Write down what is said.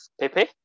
Pepe